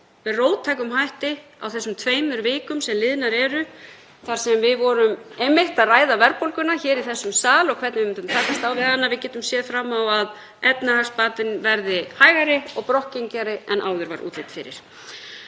með róttækum hætti á þessum tveimur vikum sem liðnar eru frá því að við vorum einmitt að ræða verðbólguna hér í þessum sal og hvernig við munum takast á við hana. Við sjáum fram á að efnahagsbatinn verði hægari og brokkgengari en áður var útlit fyrir.